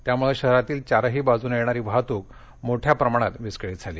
त्यामुळे अहमदनगर शहरातील चारही बाजूने येणारी वाहतूक मोठ्या प्रमाणात विस्कळीत झाली